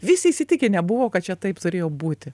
visi įsitikinę buvo kad čia taip turėjo būti